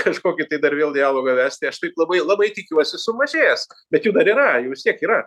kažkokį tai dar vėl dialogą vesti aš taip labai labai tikiuosi sumažės bet jų dar yra jų vis tiek yra